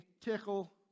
tickle